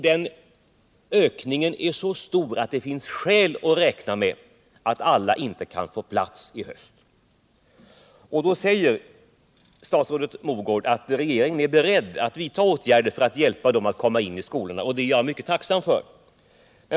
Den ökningen är så stor att det finns skäl att räkna med att alla inte kan få plats i höst. Då säger statsrådet Mogård att regeringen är beredd att vidta åtgärder för att hjälpa dem att komma in i skolorna, och det är jag tacksam för.